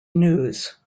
news